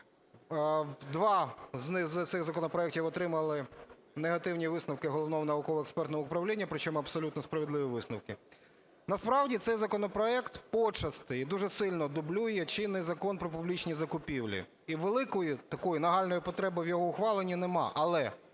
Два з цих законопроектів отримали негативні висновки Головного науково-експертного управління, причому абсолютно справедливі висновки. Насправді цей законопроект почасти і дуже сильно дублює чинний Закон "Про публічні закупівлі" і великої, такої нагальної потреби в його ухваленні немає.